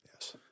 Yes